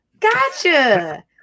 Gotcha